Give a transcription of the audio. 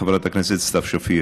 חברת הכנסת סתיו שפיר,